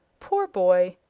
poor boy!